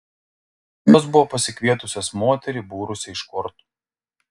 jos buvo pasikvietusios moterį būrusią iš kortų